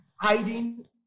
hiding